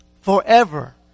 Forever